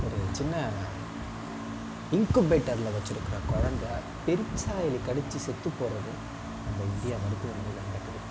ஒரு சின்ன இன்க்குபேட்டரில் வச்சிருக்கிற கொழந்தை பெருச்சாளி கடித்து செத்து போகிறது நம்ம இந்தியா மருத்துவமனையில் மட்டும்தான்